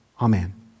Amen